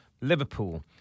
Liverpool